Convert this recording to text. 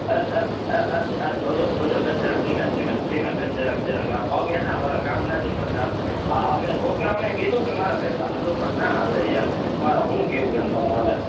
એ જોજો જોજો બેન જરાક ધીમે ધીમે બેન જરાક જરાક પગ હેને કામ નથી કરતાં આ મે છોકરાઓને કીધું કે મારા ભેગા હાલો પણ ના હાલે યાર પણ હ હું કેવું બેન તમને હવે